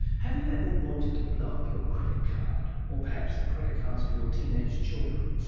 have you ever wanted to blow up your credit card or perhaps the credit cards of your teenage children?